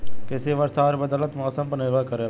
कृषि वर्षा और बदलत मौसम पर निर्भर करेला